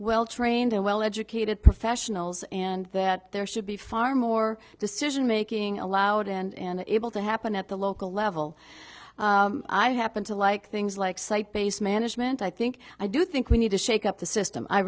well trained and well educated professionals and that there should be far more decisionmaking allowed and able to happen at the local level i happen to like things like site based management i think i do think we need to shake up the system i